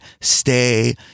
stay